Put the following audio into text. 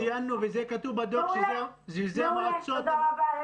ציינו וזה כתוב בדוח שמרכזי החוסן הם של הרשויות.